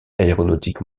aéronautique